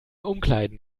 umkleiden